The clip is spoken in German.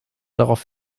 darauf